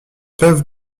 peuvent